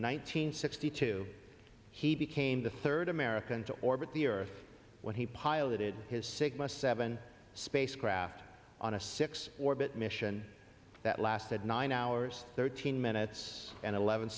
hundred sixty two he became the third american to orbit the earth when he piloted his sigma seven spacecraft on a six orbit mission that lasted nine hours thirteen minutes and eleven